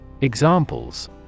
Examples